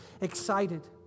excited